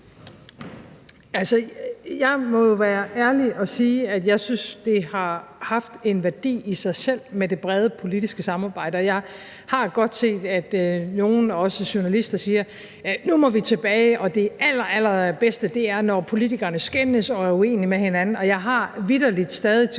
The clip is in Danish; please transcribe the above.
altså være ærlig at sige, at jeg synes, det har haft en værdi i sig selv med det brede politiske samarbejde, og jeg har godt set, at nogen, også journalister, siger: Nu må vi tilbage, og det allerallerbedste er, når politikerne skændes og er uenige med hinanden – og jeg har vitterlig stadig til